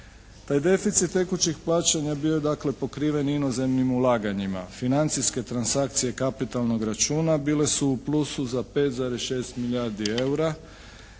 Taj deficit tekućih plaćanja je bio dakle pokriven inozemnim ulaganjima. Financijske transakcije kapitalnog računa bile su u plusu za 5,6 milijardi eura,